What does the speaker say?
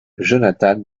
jonathan